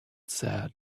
said